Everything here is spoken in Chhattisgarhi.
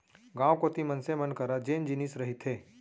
गाँव कोती मनसे मन करा जेन जिनिस रहिथे